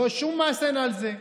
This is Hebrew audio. שום מס אין על זה.